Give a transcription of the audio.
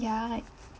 ya like